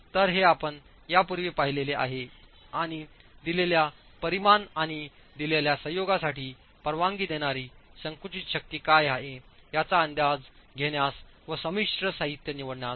तर हे आपण यापूर्वी पाहिलेले आहे आणि दिलेल्या परिमाण आणि दिलेल्या संयोगासाठी परवानगी देणारी संकुचित शक्ती काय आहे याचा अंदाज घेण्यास व संमिश्र साहित्य निवडण्यास मदत करेल